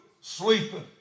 sleeping